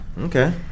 Okay